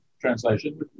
translation